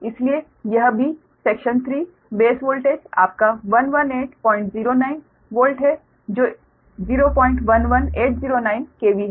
इसलिए यह b section 3 base voltage आपका 11809 वोल्ट है जो 011809 KV है